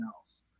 else